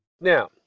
Now